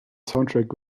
soundtrack